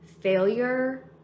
failure